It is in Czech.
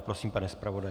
Prosím, pane zpravodaji.